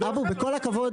בכל הכבוד,